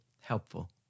helpful